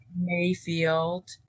mayfield